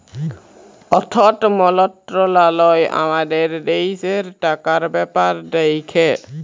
অথ্থ মলত্রলালয় আমাদের দ্যাশের টাকার ব্যাপার দ্যাখে